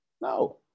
No